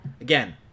Again